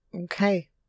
okay